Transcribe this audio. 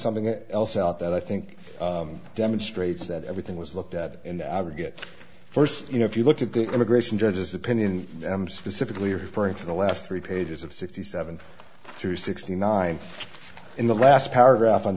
something else out that i think demonstrates that everything was looked at in the aggregate first you know if you look at the immigration judge's opinion and i'm specifically referring to the last three pages of sixty seven through sixty nine in the last paragraph on